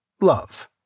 love